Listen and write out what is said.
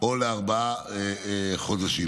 או לארבעה חודשים.